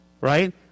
right